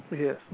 Yes